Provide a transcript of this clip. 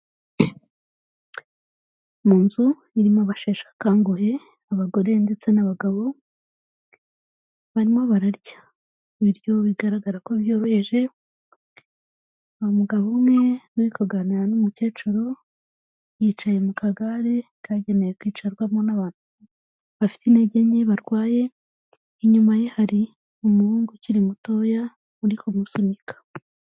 Mu nzu irimo abasheshe akanguhe, abagore ndetse n'abagabo, barimo bararya ibiryo bigaragara ko byoroheje, uwo mugabo umwe uri kuganira n'umukecuru yicaye mu kagare kagenewe kwicarwamo n'abantu bafite intege nke barwaye, inyuma ye hari umuhungu ukiri mutoya uri kumusunika.